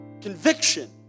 conviction